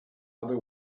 other